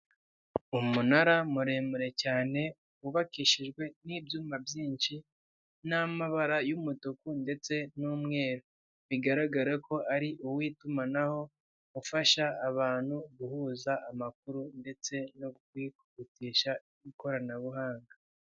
Umunara muremure cyane wubakishijwe n'ibyuma byinshi n'amabara y'umutuku ndetse n'umweru, bigaragara ko ari uw'itumanaho ufasha abantu guhuza amakuru ndetse no kwihutisha ikoranabuhanga.